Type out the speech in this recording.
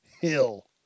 hill